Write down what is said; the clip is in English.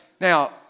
Now